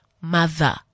mother